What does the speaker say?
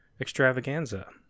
extravaganza